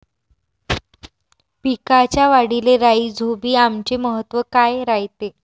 पिकाच्या वाढीले राईझोबीआमचे महत्व काय रायते?